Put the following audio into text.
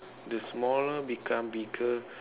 the smaller become bigger